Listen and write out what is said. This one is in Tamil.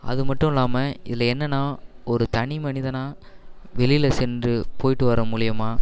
அது மட்டும் இல்லாமல் இதில் என்னென்னா ஒரு தனி மனிதனாக வெளியில் சென்று போய்ட்டு வர்றது மூலிமா